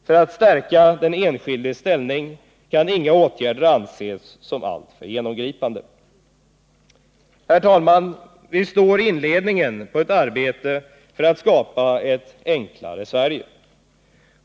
För att stärka den enskildes ställning kan inga åtgärder anses vara alltför genomgripande. Herr talman! Vi står i inledningen till ett arbete för att skapa ett enklare Sverige.